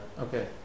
Okay